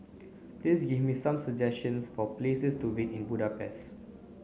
please give me some suggestions for places to visit in Budapest